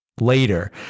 later